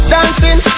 Dancing